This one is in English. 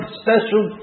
special